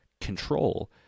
control